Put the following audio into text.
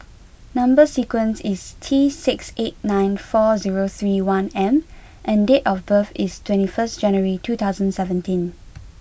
number sequence is T six eight nine four zero three one M and date of birth is twenty first January two thousand seventeen